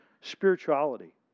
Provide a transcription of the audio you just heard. spirituality